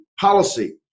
policy